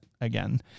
again